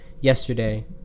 yesterday